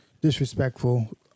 disrespectful